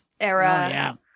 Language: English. Era